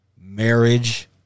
Marriage